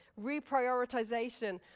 reprioritization